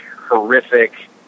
horrific